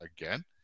again